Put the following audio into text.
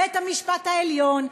בית-המשפט העליון,